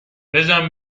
بزن